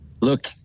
Look